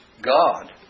God